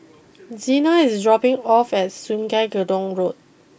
Xena is dropping off at Sungei Gedong Road